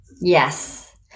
Yes